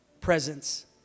presence